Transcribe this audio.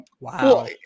Wow